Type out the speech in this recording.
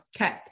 okay